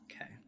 Okay